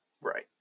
Right